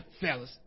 fellas